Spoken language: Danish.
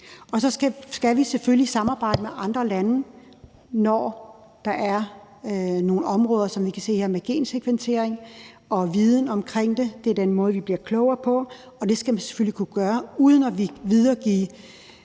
og så skal vi selvfølgelig samarbejde med andre lande, når der er nogle områder, som vi kan det se her med gensekventering og viden omkring det. Det er den måde, vi bliver klogere på, og det skal man selvfølgelig kunne gøre uden at videregive